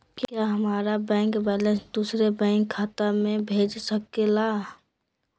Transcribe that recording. क्या हमारा bank balance दूसरे बैंक खाता में भेज सके ला?